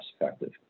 effective